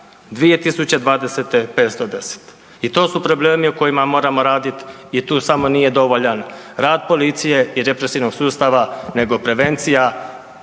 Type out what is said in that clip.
2020. 510 i sto su problemi o kojima moramo raditi i tu samo nije dovoljan rad policije i represivnog sustava, nego prevencija